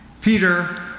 Peter